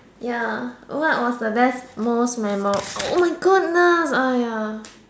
ya what was the best most memo~ oh my goodness !aiya!